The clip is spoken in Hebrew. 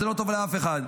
זה לא טוב לאף אחד.